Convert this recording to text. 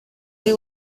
ari